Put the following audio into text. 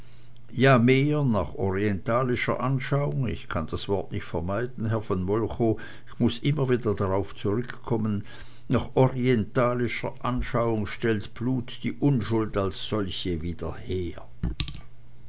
ja mehr nach orientalischer anschauung ich kann das wort nicht vermeiden herr von molchow ich muß immer wieder darauf zurückkommen nach orientalischer anschauung stellt blut die unschuld als solche wieder her